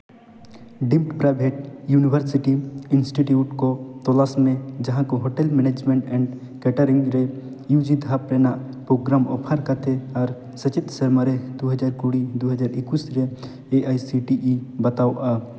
deemed private university institute ᱠᱚ ᱛᱚᱞᱟᱥ ᱢᱮ ᱡᱟᱦᱟᱸ ᱠᱚ ᱦᱳᱴᱮᱞ ᱢᱮᱱᱮᱡᱽᱢᱮᱱᱴ ᱮᱱᱰ ᱠᱮᱴᱟᱨᱤᱝ ᱨᱮ ᱤᱭᱩ ᱡᱤ ᱫᱷᱟᱯ ᱨᱮᱱᱟᱜ ᱯᱨᱳᱜᱨᱟᱢ ᱚᱯᱷᱟᱨ ᱠᱟᱛᱮᱫ ᱟᱨ ᱥᱮᱪᱮᱫ ᱥᱮᱨᱢᱟᱨᱮ ᱫᱩ ᱦᱟᱡᱟᱨ ᱠᱩᱲᱤ ᱫᱩ ᱦᱟᱡᱟᱨ ᱮᱠᱩᱥ ᱨᱮ A I C T E ᱵᱟᱛᱟᱣᱟᱚᱜᱼᱟ